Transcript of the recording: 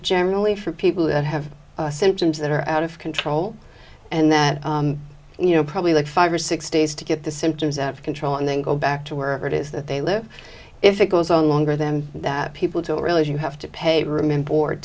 generally for people that have symptoms that are out of control and that you know probably like five or six days to get the symptoms out of control and then go back to wherever it is that they live if it goes on longer them that people don't realize you have to pay room and board